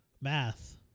math